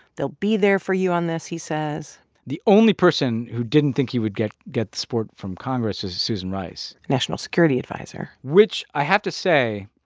they'll be there for you on this, he says the only person who didn't think he would get get support from congress is susan rice national security adviser which i have to say